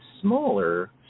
smaller